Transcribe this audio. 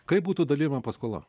kaip būtų dalijama paskola